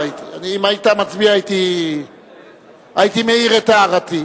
אם היית מצביע הייתי מעיר את הערתי.